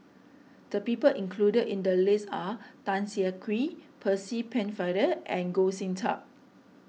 the people included in the list are Tan Siah Kwee Percy Pennefather and Goh Sin Tub